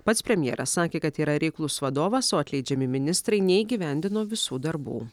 pats premjeras sakė kad yra reiklus vadovas o atleidžiami ministrai neįgyvendino visų darbų